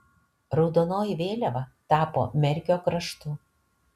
raudonoji vėliava tapo merkio kraštu